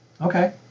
Okay